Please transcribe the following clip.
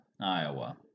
Iowa